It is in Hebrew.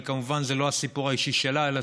אבל כמובן זה לא הסיפור האישי שלה אלא